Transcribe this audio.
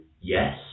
yes